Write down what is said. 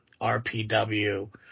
RPW